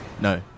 No